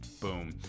Boom